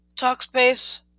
Talkspace